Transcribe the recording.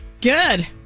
good